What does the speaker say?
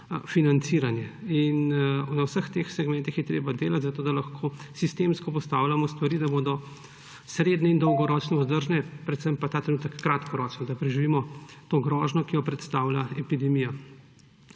financiranje. Na vseh teh segmentih je treba delati, zato da lahko sistemsko postavljamo stvari, da bodo srednje- in dolgoročno vzdržne, predvsem pa ta trenutek kratkoročno, da preživimo to grožnjo, ki jo predstavlja epidemija.